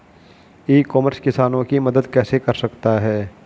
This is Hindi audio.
ई कॉमर्स किसानों की मदद कैसे कर सकता है?